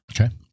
Okay